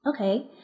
Okay